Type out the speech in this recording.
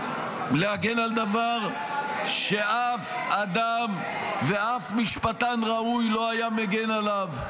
להגן על דבר שאף אדם ואף משפטן ראוי לא היה מגן עליו.